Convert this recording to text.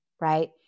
right